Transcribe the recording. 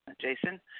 Jason